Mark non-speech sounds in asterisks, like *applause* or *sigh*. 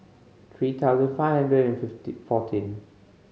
three thousand five hundred and *unintelligible* fourteen